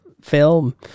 film